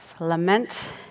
Lament